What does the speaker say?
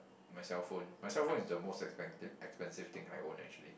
my cellphone my cellphone is the most expensive expensive thing I own actually